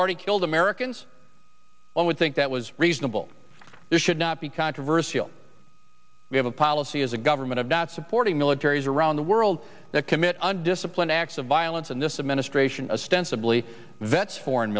already killed americans one would think that was reasonable there should not be controversial we have a policy as a government of not supporting militaries around the world that commit and discipline acts of violence and this administration a stent simply vets foreign